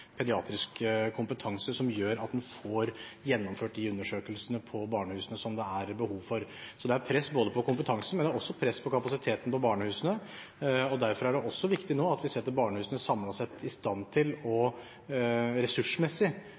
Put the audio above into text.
pediatrisk kompetanse som gjør at en får gjennomført de undersøkelsene på barnehusene som det er behov for. Så det er press på kompetansen, men det er også press på kapasiteten på barnehusene. Derfor er det også viktig nå at vi setter barnehusene samlet sett ressursmessig i stand til å